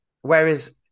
Whereas